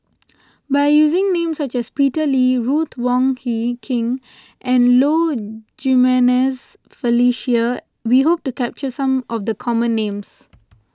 by using names such as Peter Lee Ruth Wong Hie King and Low Jimenez Felicia we hope to capture some of the common names